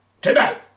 Tonight